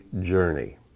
journey